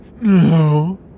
no